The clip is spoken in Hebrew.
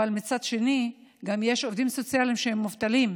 ומצד שני, גם יש עובדים סוציאליים שהם מובטלים.